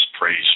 praise